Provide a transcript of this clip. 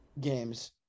games